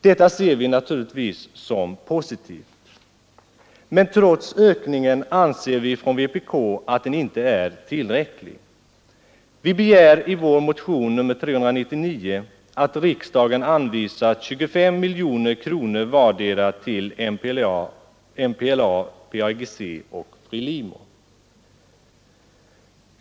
Det ser vi naturligtvis som någonting positivt. Men vi från vpk anser att den föreslagna ökningen inte är tillräcklig. Vi begär i vår motion nr 399 att riksdagen anvisar 25 miljoner kronor till vardera MPLA, PAIGC och FRELIMO.